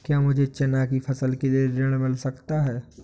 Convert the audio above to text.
क्या मुझे चना की फसल के लिए ऋण मिल सकता है?